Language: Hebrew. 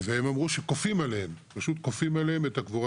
והם אמרו שפשוט כופים עליהם את הקבורה